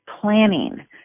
planning